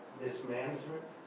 mismanagement